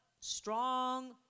strong